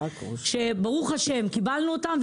שברוך השם קיבלנו אותם,